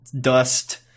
dust